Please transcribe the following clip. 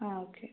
ആ ഓക്കെ